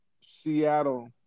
Seattle